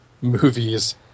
movies